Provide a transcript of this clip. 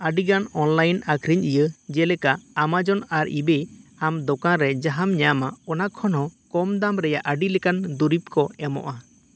ᱟ ᱰᱤᱜᱟᱱ ᱚᱱᱞᱟᱭᱤᱱ ᱟᱠᱷᱨᱤᱧ ᱤᱭᱟ ᱡᱮᱞᱮᱠᱟ ᱟᱢᱟᱡᱚᱱ ᱟᱨ ᱤᱵᱮ ᱟᱢ ᱫᱚᱠᱟᱱ ᱨᱮ ᱡᱟᱦᱟᱢ ᱧᱟᱢᱟ ᱚᱱᱟ ᱠᱷᱚᱱ ᱦᱚᱸ ᱠᱚᱢ ᱫᱟᱢ ᱨᱮᱭᱟᱜ ᱟ ᱰᱤ ᱞᱮᱠᱟᱱ ᱫᱩᱨᱤᱵᱽ ᱠᱚ ᱮᱢᱚᱜᱼᱟ